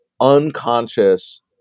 unconscious